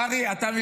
מה תגיד להרצל?